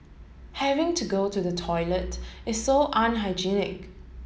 having to go to the toilet is so unhygienic